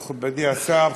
מכובדי השר,